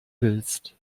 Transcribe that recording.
willst